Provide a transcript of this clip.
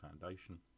Foundation